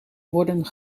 worden